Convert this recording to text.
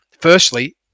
Firstly